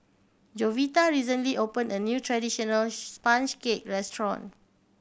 Jovita recently opened a new traditional sponge cake restaurant